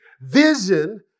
Vision